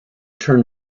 turn